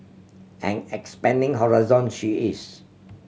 and expanding horizon she is